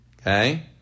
okay